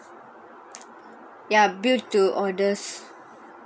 ya build to orders